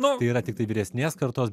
nu tai yra tiktai vyresnės kartos